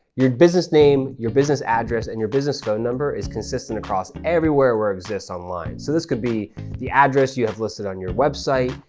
your business name, your business address and your business phone number is consistent across everywhere where it exists online. so this could be the address you have listed on your website,